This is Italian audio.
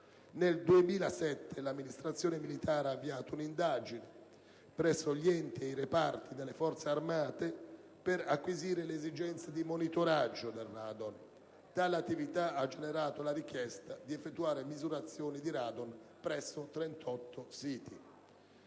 Nel 2007 l'Amministrazione militare ha avviato un'indagine presso gli enti e i reparti delle Forze armate per acquisire l'esigenza di monitoraggio del radon. Tale attività ha generato la richiesta di effettuare misurazioni di radon presso 38 siti.